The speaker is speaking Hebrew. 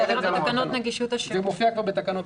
זה מופיע גם בתקנות